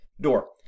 door